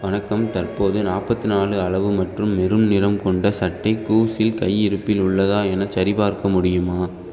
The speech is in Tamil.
வணக்கம் தற்போது நாற்பத்து நாலு அளவு மற்றும் மெரூன் நிறம் கொண்ட சட்டை கூஸில் கையிருப்பில் உள்ளதா எனச் சரிபார்க்க முடியுமா